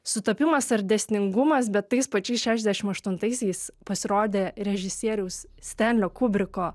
sutapimas ar dėsningumas bet tais pačiais šešiasdešimt aštuntaisiais pasirodė režisieriaus stenlio kubriko